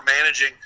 managing